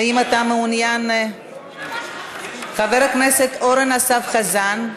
האם אתה מעוניין, חבר הכנסת אורן אסף חזן?